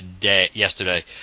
yesterday